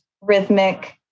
rhythmic